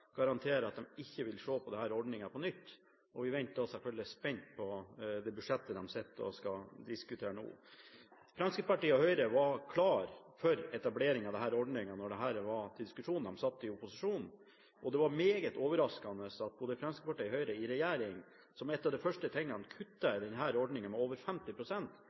garantere at de ikke ville se på denne ordningen på nytt, og vi venter selvfølgelig spent på det budsjettet de sitter og skal diskutere nå. Fremskrittspartiet og Høyre var klar for etablering av denne ordningen da dette ble diskutert da de satt i opposisjon, og det var meget overraskende at både Fremskrittspartiet og Høyre, som noe av det første de gjorde i regjering, kuttet i denne ordningen med over